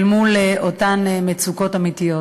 מתכוון להיערך אל מול אותן מצוקות אמיתיות.